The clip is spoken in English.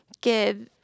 give